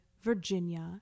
Virginia